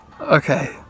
Okay